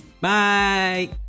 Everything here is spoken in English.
Bye